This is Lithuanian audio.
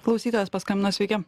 klausytojas paskambino sveiki